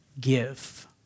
give